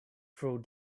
through